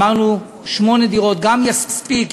אמרנו: שמונה דירות גם יספיקו,